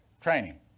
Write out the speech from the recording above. training